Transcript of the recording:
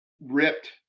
ripped